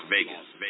Vegas